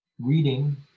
reading